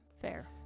Fair